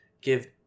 give